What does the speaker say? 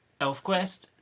ElfQuest